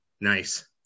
Nice